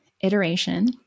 iteration